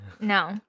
no